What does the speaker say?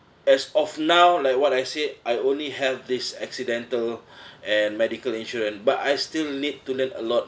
as of now like what I said it I only have this accidental and medical insurance but I still need to learn a lot